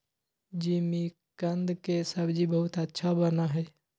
जिमीकंद के सब्जी बहुत अच्छा बना हई